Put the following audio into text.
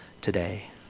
today